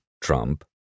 Trump